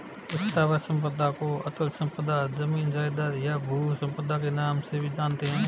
स्थावर संपदा को अचल संपदा, जमीन जायजाद, या भू संपदा के नाम से भी जानते हैं